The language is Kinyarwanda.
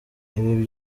ibi